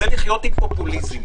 עם פופוליזם.